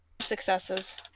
Successes